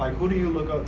um who do you look up